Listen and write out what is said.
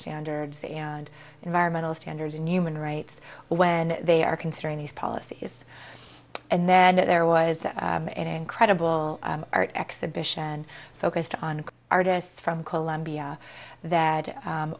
standards and environmental standards and human rights when they are considering these policies and then there was that incredible art exhibition focused on artists from colombia that